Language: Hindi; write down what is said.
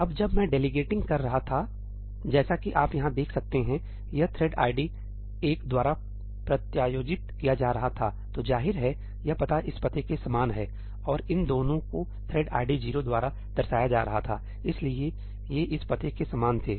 अब जब मैं डेलीगेटिंग कर रहा था ताकि जैसा कि आप यहाँ देख सकते हैं यह थ्रेड आईडी 1 द्वारा प्रत्यायोजित किया जा रहा था तो जाहिर है यह पता इस पते के समान है और इन दोनों को थ्रेड आईडी 0 द्वारा दर्शाया जा रहा था इसलिए ये इस पते के समान थे